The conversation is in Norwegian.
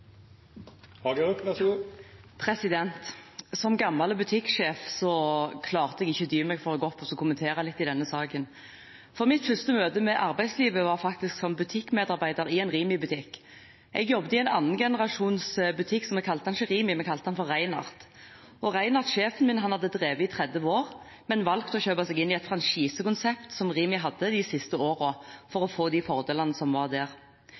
Som gammel butikksjef klarte jeg ikke dy meg for å gå opp og kommentere litt i denne saken, for mitt første møte med arbeidslivet var faktisk som butikkmedarbeider i en Rimi-butikk. Jeg jobbet i en annengenerasjons butikk, så vi kalte den ikke for Rimi, vi kalte den for Reinhardt. Og Reinhardt, sjefen min, hadde drevet i 30 år, men valgte å kjøpe seg inn i et franchisekonsept som Rimi hadde de siste årene, for å få de fordelene som var der.